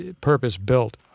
purpose-built